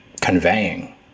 conveying